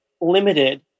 limited